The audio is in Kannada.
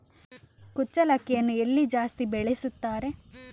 ಕುಚ್ಚಲಕ್ಕಿಯನ್ನು ಎಲ್ಲಿ ಜಾಸ್ತಿ ಬೆಳೆಸುತ್ತಾರೆ?